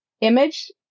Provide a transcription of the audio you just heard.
image